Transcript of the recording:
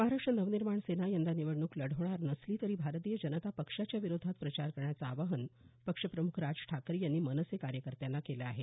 महाराष्ट्र नवनिर्माण सेना यंदा निवडणूक लढवणार नसली तरी भारतीय जनता पक्षाच्या विरोधात प्रचार करण्याचं आवाहन पक्ष प्रम्ख राज ठाकरे यांनी मनसे कार्यकर्त्यांना केलं आहे